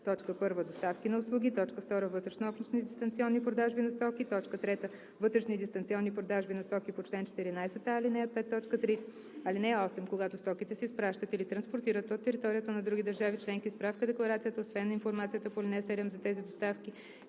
за: 1. доставки на услуги; 2. вътреобщностни дистанционни продажби на стоки; 3. вътрешни дистанционни продажби на стоки по чл. 14а, ал. 5, т. 3. (8) Когато стоките се изпращат или транспортират от територията на други държави членки, справка-декларацията освен информацията по ал. 7 за тези доставки